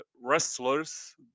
wrestlers